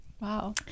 wow